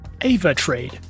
AvaTrade